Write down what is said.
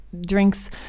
drinks